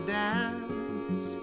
dance